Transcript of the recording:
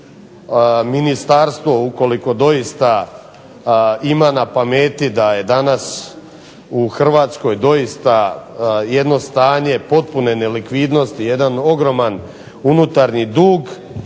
ministarstvo, ukoliko doista ima na pameti da je danas u Hrvatskoj doista jedno stanje potpune nelikvidnosti, jedan ogroman unutarnji dug,